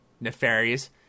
nefarious